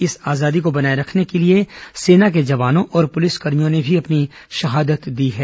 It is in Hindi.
इस आजादी को बनाए रखने के लिए सेना के जवानों और पुलिसकर्भियों ने भी अपनी शहादत दी है